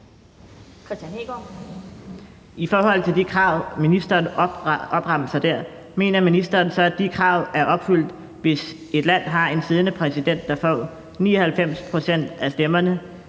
I forhold til de krav, ministeren opremser der, mener ministeren så, at de krav er opfyldt, hvis et land har en siddende præsident, der får 99 pct. af stemmerne,